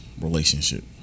Relationship